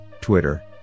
Twitter